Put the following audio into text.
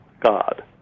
God